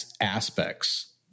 aspects